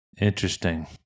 Interesting